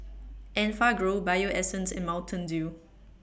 Enfagrow Bio Essence and Mountain Dew